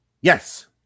Yes